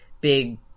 big